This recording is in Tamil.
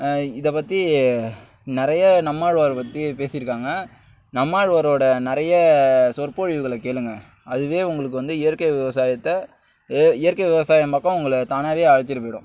இதை பற்றி நிறைய நம்மாழ்வார் பற்றி பேசியிருக்காங்க நம்மாழ்வார்ரோட நிறைய சொற்பொழிவுகளை கேளுங்க அதுவே உங்களுக்கு வந்து இயற்கை விவசாயத்தை இ இயற்கை விவசாயம் பக்கம் உங்களை தானாகவே அழைச்சுட்டு போய்விடும்